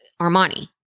Armani